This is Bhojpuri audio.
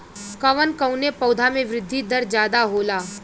कवन कवने पौधा में वृद्धि दर ज्यादा होला?